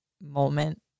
moment